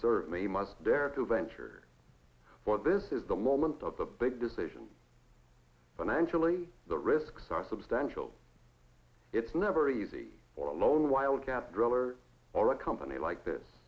serve me must dare to venture for this is the moment of the big decision financially the risks are substantial it's never easy or alone wildcat driller or a company like this